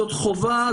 זאת חובה,